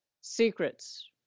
secrets